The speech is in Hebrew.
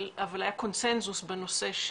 אבל היה קונצנזוס בנושא,